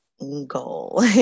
goal